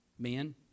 Men